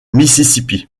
mississippi